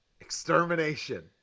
Extermination